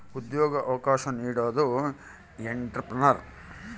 ಉದ್ಯೋಗ ಅವಕಾಶ ನೀಡೋದು ಎಂಟ್ರೆಪ್ರನರ್